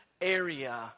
area